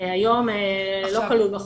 שהיום לא כלול בחוק,